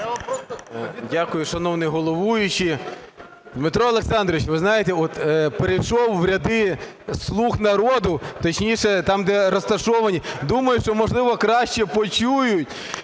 Дякую, шановний головуючий. Дмитро Олександрович, ви знаєте, от перейшов в ряди "слуг народу", точніше, там, де розташовані. Думаю, що, можливо, краще почують